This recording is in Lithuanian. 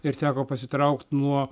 ir teko pasitraukt nuo